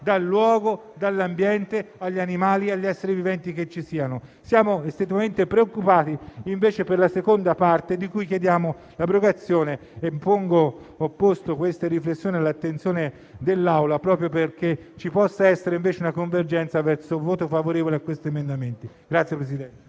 dall'uomo, all'ambiente, agli animali e agli esseri viventi. Siamo, invece, estremamente preoccupati per la seconda parte, di cui chiediamo l'abrogazione. Ho posto queste riflessioni all'attenzione dell'Assemblea proprio perché ci possa essere, invece, una convergenza verso un voto favorevole a questi emendamenti.